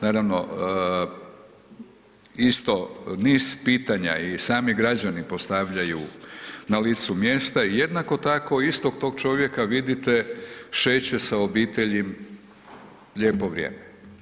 Naravno isto niz pitanja je i sami građani postavljaju na licu mjesta i jednako tako istog tog čovjeka vidite šeće sa obitelji lijepo vrijeme.